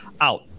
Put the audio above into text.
Out